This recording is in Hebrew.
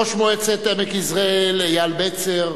ראש מועצת עמק יזרעאל אייל בצר,